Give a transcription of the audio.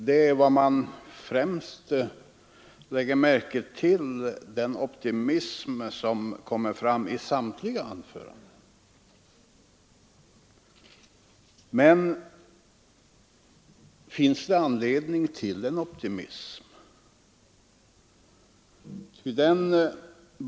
Det man kanske främst lägger märke till är just den optimism som kommer fram i samtliga anföranden. Men finns det anledning till den optimismen?